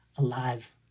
alive